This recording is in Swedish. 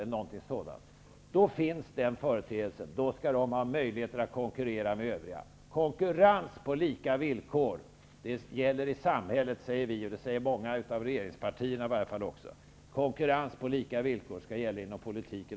Om det villkoret är uppfyllt finns denna företeelse, och partiet skall då ha möjlighet att konkurrera med övriga. Konkurrens på lika villkor gäller i samhället, säger vi, och det säger också många av regeringspartierna. Konkurrens på lika villkor skall också gälla inom politiken.